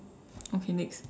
okay next